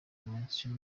iminsi